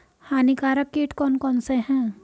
हानिकारक कीट कौन कौन से हैं?